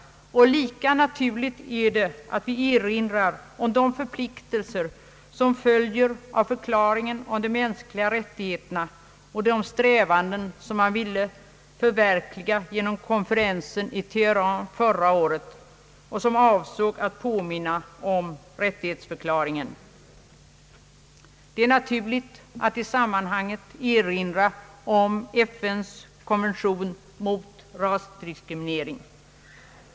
Lika självklart är det att vi erinrar om de förpliktelser som följer av Förklaringen om de mänskliga rättigheterna och de strävanden som man ville förverkliga genom konferensen i Teheran förra året som avsåg att påminna om rättighetsförklaringen. Det är naturligt att i sammanhanget erinra om FN:s konvention mot rasdiskriminering.